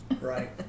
Right